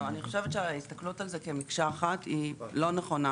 אני חושבת שההסתכלות הזה כמקשה אחת היא לא נכונה.